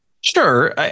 sure